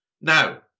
Now